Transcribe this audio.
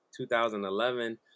2011